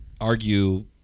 argue